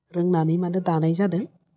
रोंनानै माने दानाय जादों